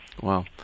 Wow